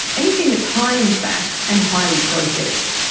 anything that is high in fat and highly processed.